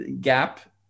gap